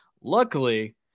Luckily